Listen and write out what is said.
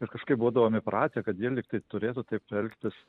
ir kažkaip būdavom įpratę kad jie lyg tai turėtų taip elgtis